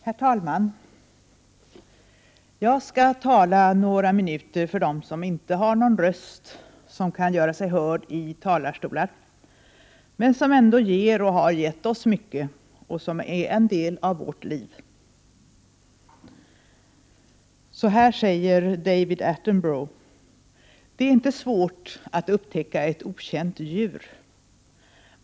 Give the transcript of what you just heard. Herr talman! Jag skall tala några minuter för dem som inte har någon röst som kan göra sig hörd i talarstolar men som ändå ger och har gett oss mycket och som är en del av vårt liv. David Attenborough säger följande: Det är inte svårt att upptäcka ett okänt djur.